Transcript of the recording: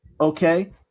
Okay